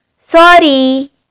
Sorry